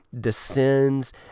descends